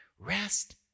rest